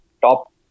top